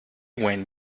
when